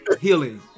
healing